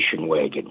wagon